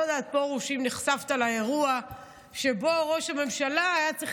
אני לא יודעת אם נחשפת לאירוע שבו ראש הממשלה היה צריך